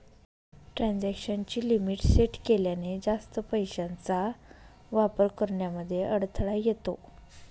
transaction ची limit set केल्याने, जास्त पैशांचा वापर करण्यामध्ये अडथळा येतो